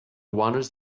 wanders